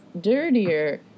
dirtier